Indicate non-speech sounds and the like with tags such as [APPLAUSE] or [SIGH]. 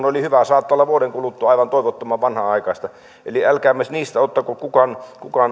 [UNINTELLIGIBLE] oli hyvää saattaa olla vuoden kuluttua aivan toivottoman vanhanaikaista eli älkäämme niistä ottako kukaan